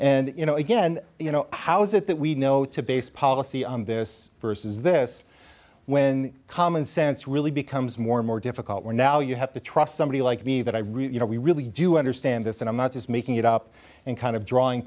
and you know again you know how is it that we know to base policy on this versus this when common sense really becomes more and more difficult we're now you have to trust somebody like me that i really you know we really do understand this and i'm not just making it up and kind of drawing